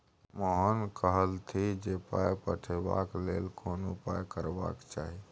मोहन कहलथि जे पाय पठेबाक लेल कोन उपाय करबाक चाही